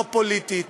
לא פוליטית,